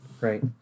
Right